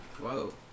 Whoa